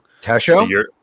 Tesho